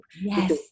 Yes